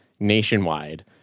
nationwide